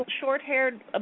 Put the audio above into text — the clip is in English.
short-haired